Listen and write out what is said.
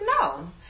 no